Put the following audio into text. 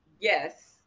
yes